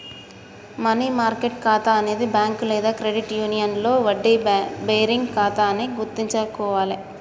money market ఖాతా అనేది bank లేదా క్రెడిట్ యూనియన్లో వడ్డీ బేరింగ్ ఖాతా అని గుర్తుంచుకోవాలే